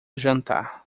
jantar